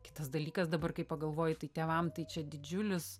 kitas dalykas dabar kai pagalvoji tai tėvam tai čia didžiulis